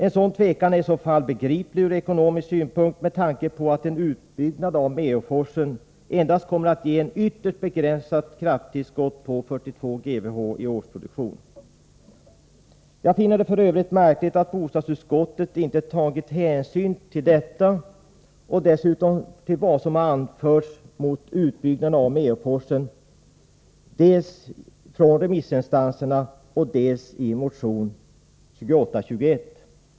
En sådan tvekan är i så fall begriplig ur ekonomisk synpunkt med tanke på att en utbyggnad av Meåforsen endast kommer att ge ett ytterst begränsat krafttillskott på 42 GWh i årsproduktion. Jag finner det f. ö. märkligt att bostadsutskottet inte tagit hänsyn till detta och till vad som anförts mot en utbyggnad av Meåforsen dels av remissinstanserna, dels i motion 2821.